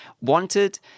wanted